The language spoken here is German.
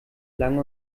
lange